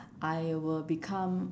I will become